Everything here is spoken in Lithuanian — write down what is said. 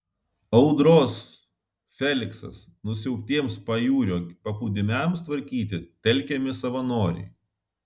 audros feliksas nusiaubtiems pajūrio paplūdimiams tvarkyti telkiami savanoriai